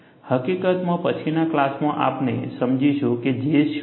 હકીકતમાં પછીના ક્લાસમાં આપણે સમજીશું કે J શું છે